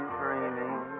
dreaming